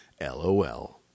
LOL